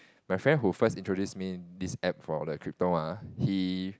my friend who first introduce me this App for the crypto ah he